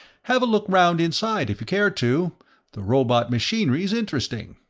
have a look round inside if you care to the robot machinery's interesting.